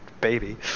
baby